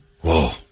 Whoa